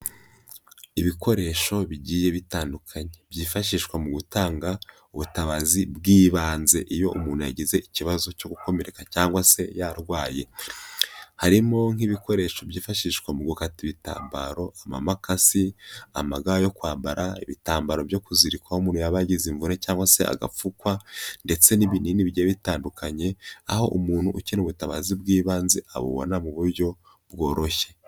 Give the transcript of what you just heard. Ibikoresho bigiye bitandukanye byifashishwa mu gutanga ubutabazi bw'ibanze iyo umuntu yagize ikibazo cyo gukomereka cyangwa se yarwaye, harimo nk'ibikoresho byifashishwa mu gukata ibitambaro, amamakasi, amaga yo kwambara, ibitambaro byo kuzirikwa aho umuntu yaba yagize imvune cyangwa se agapfukwa, ndetse n'ibinini bigiye bitandukanye, aho umuntu ukeneye ubutabazi bw'ibanze abubona mu buryo bworoshye.